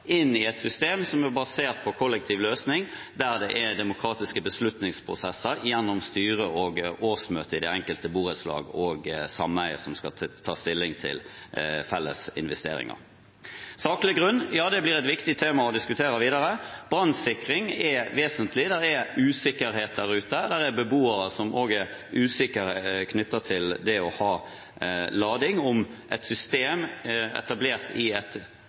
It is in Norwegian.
i et system som er basert på en kollektiv løsning med demokratiske beslutningsprosesser gjennom styret og årsmøtet i det enkelte borettslag og sameie som skal ta stilling til felles investeringer. Saklig grunn – ja, det blir et viktig tema å diskutere videre. Brannsikring er vesentlig. Det er usikkerhet der ute. Det er beboere som også er usikre på det å ha lading og om et system etablert i et